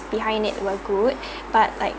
behind it were good but like